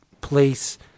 place